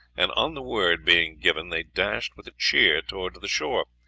and on the word being given they dashed with a cheer towards the shore,